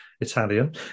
Italian